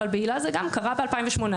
בהיל"ה זה גם קרה ב-2018,